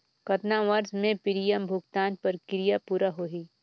कतना वर्ष मे प्रीमियम भुगतान प्रक्रिया पूरा होही?